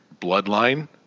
bloodline